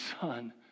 Son